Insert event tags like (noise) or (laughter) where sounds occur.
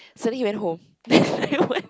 so then he went home (laughs)